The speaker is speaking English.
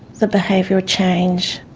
the behavioural change.